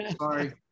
sorry